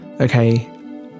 okay